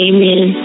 Amen